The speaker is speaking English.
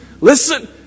listen